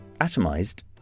Atomized